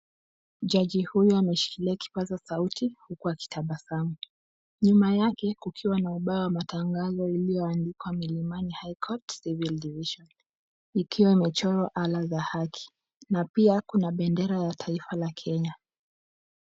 Jaji huyu ameshikilia kipaza sauti huku akitabasamu. Nyuma yake kukiwa na ubao wa matangazo iliyoandikwa Milimani High Court Civil Division , ikiwa imechorwa ala za haki na pia kuna bendera ya taifa la Kenya.